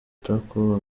itako